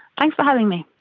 thanks for having me.